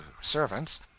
servants